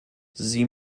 sie